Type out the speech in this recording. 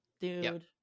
Dude